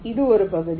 இது ஒரு பகுதி